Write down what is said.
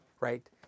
right